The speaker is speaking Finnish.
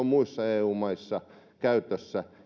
muissa eu maissa käytössä